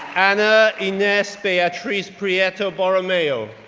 ana ines beatriz prieto borromeo,